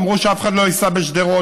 אמרו שאף אחד לא ייסע בשדרות,